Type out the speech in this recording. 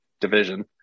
division